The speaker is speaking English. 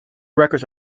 records